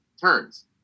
turns